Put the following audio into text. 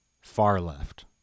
far-left